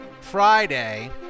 Friday